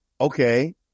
okay